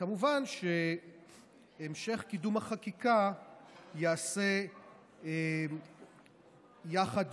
כמובן שהמשך קידום החקיקה ייעשה יחד